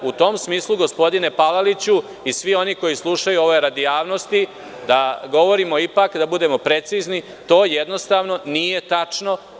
U tom smislu, gospodine Palaliću i svi oni koji slušaju, ovo je radi javnosti da govorimo, ipak da budemo precizni, to jednostavno nije tačno.